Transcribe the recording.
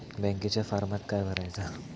बँकेच्या फारमात काय भरायचा?